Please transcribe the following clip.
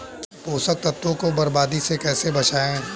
पोषक तत्वों को बर्बादी से कैसे बचाएं?